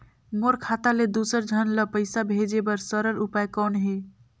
मोर खाता ले दुसर झन ल पईसा भेजे बर सरल उपाय कौन हे?